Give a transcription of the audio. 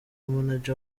manager